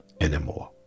anymore